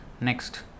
Next